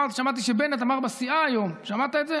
שמעתי שבנט אמר בסיעה היום, שמעת את זה?